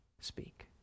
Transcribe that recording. speak